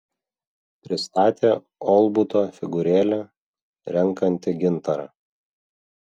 pristatė olbuto figūrėlę renkanti gintarą